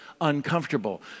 uncomfortable